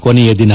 ಕೊನೆಯ ದಿನ